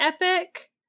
epic